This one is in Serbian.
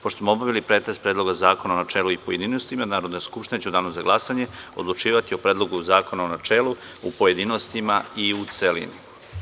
Pošto smo obavili pretres Predloga zakona u načelu i u pojedinostima, Narodna skupština će u danu za glasanje odlučivati o Predlogu zakona u načelu, pojedinostima i u celini.